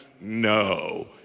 No